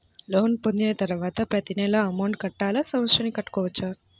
Loan పొందిన తరువాత ప్రతి నెల అమౌంట్ కట్టాలా? సంవత్సరానికి కట్టుకోవచ్చా?